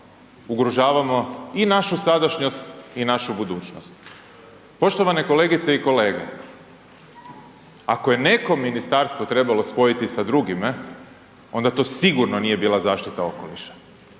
ugrožavamo i našu sadašnjost i našu budućnost. Poštovane kolegice i kolege, ako je neko ministarstvo trebalo spojiti sa drugime onda to sigurno nije bila zaštita okoliša.